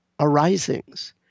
arisings